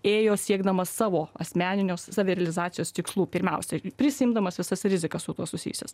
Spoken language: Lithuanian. ėjo siekdamas savo asmeninės savirealizacijos tikslų pirmiausia prisiimdamas visas rizikas su tuo susijusios